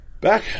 back